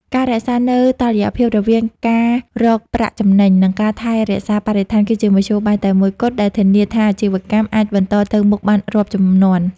ការរក្សានូវតុល្យភាពរវាងការរកប្រាក់ចំណេញ និងការថែរក្សាបរិស្ថាន គឺជាមធ្យោបាយតែមួយគត់ដែលធានាថាអាជីវកម្មអាចបន្តទៅមុខបានរាប់ជំនាន់។